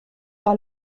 par